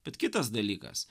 bet kitas dalykas